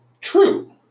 true